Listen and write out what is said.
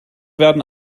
werden